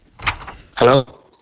Hello